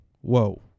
whoa